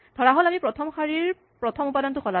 ধৰাহ'ল আমি প্ৰথম শাৰীৰ প্ৰথম উপাদানটো সলালো